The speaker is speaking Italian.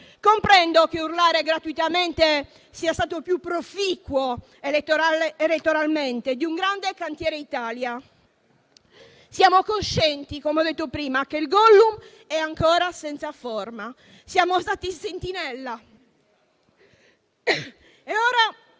Comprendo che urlare "gratuitamente" sia stato più proficuo elettoralmente di un grande cantiere Italia. Siamo coscienti - come ho detto prima - che il Gollum è ancora senza forma. Siamo stati sentinella e ora